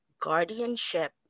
guardianship